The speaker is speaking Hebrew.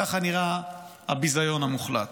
ככה נראה הביזיון המוחלט.